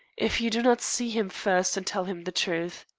if you do not see him first and tell him the truth.